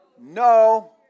no